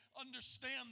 understand